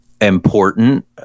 important